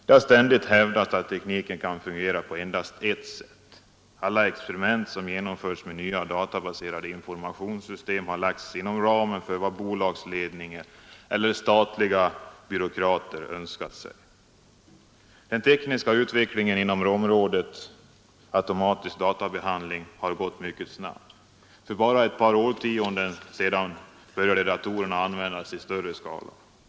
Det har ständigt hävdats att tekniken kan fungera på ett och endast ett sätt. Alla experiment som genomförts med nya databaserade informationssystem har lagts inom ramen för vad bolagsledningar eller statliga byråkrater önskat sig. Den tekniska utvecklingen inom området automatisk databehandling har gått mycket snabbt. För bara ett par årtionden sedan började datorer användas i större skala.